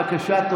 בבקשה.